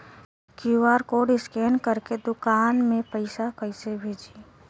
QR code scan करके दुकान में पैसा कइसे भेजी?